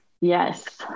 Yes